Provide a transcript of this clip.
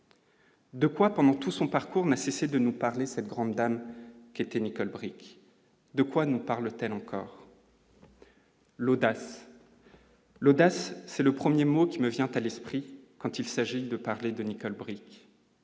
De quoi pendant tout son parcours n'a cessé de nous parler de cette grande dame qui était Nicole Bricq de quoi nous parle-t-elle encore. L'audace. L'audace, c'est le 1er mot qui me vient à l'esprit quand il s'agit de parler de Nicole Bricq